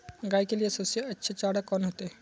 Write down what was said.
गाय के लिए सबसे अच्छा चारा कौन होते?